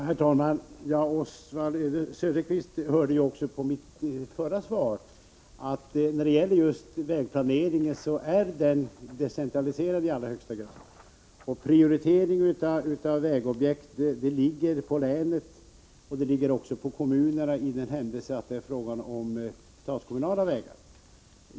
Herr talman! Oswald Söderqvist hörde också av mitt förra svar att vägplaneringen är decentraliserad i allra högsta grad. Prioriteringar av vägobjekt ankommer på länen och också på kommunerna i den händelse det är fråga om statskommunala vägar.